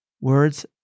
words